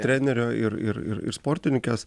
trenerio ir ir ir ir sportininkės